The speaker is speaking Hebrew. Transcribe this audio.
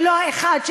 ולא אחד,